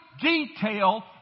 detail